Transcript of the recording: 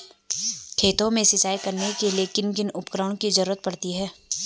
खेत में सिंचाई करने के लिए किन किन उपकरणों की जरूरत पड़ती है?